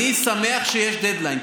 אני שמח שיש דדליין,